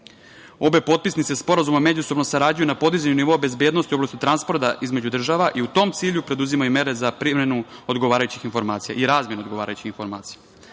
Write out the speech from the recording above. potpisnice sporazuma međusobno sarađuju na podizanju novo bezbednosti u oblasti transporta između država i u tom cilju preduzimaju mere za primenu i razmenu odgovarajućih informacija. Dakle,